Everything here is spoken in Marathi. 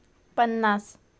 आज हवामान किती आसा?